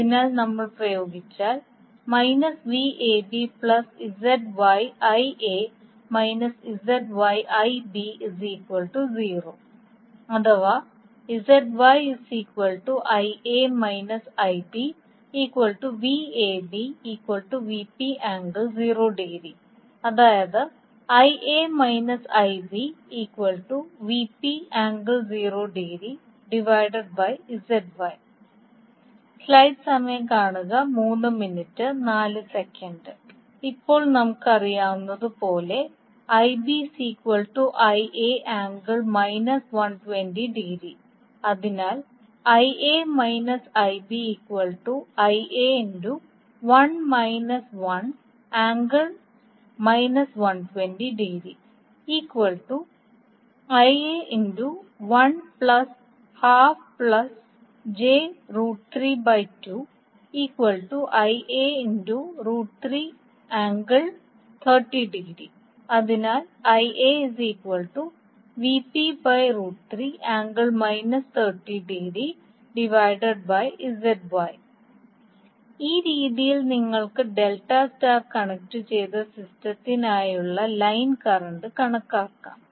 അതിനാൽ നമ്മൾ ഉപയോഗിച്ചാൽ അഥവാ അതായത് ഇപ്പോൾ നമുക്കറിയാവുന്നതുപോലെ അതിനാൽ അതിനാൽ ഈ രീതിയിൽ നിങ്ങൾക്ക് ഡെൽറ്റ സ്റ്റാർ കണക്റ്റുചെയ്ത സിസ്റ്റത്തിനായുള്ള ലൈൻ കറന്റ് കണക്കാക്കാം